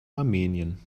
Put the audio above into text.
armenien